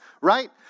right